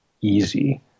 easy